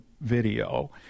video